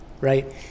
right